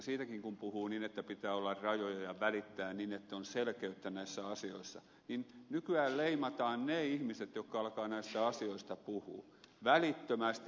siitäkin kun puhuu niin että pitää olla rajoja ja välittää niin että on selkeyttä näissä asioissa niin nykyään leimataan ne ihmiset jotka alkavat näistä asioista puhua välittömästi